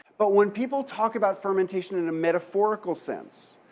but when people talk about fermentation in a metaphorical sense,